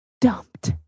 dumped